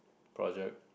project